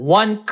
one